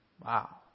Wow